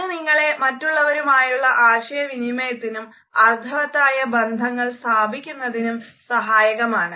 അത് നിങ്ങളെ മറ്റുള്ളവരുമായുള്ള ആശയവിനിമയത്തിനും അർത്ഥവത്തായ ബന്ധങ്ങൾ സ്ഥാപിക്കുന്നതിനും സഹായകമാണ്